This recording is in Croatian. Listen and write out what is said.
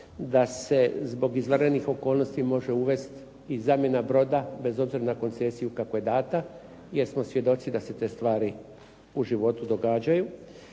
da se zbog izvanrednih okolnosti može uvesti i zamjena broda bez obzira na koncesiju kako je dana, jer smo svjedoci da se te stvari u životu događaju.